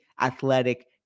athletic